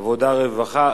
עבודה ורווחה.